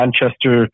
Manchester